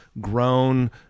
grown